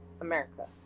America